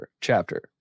chapter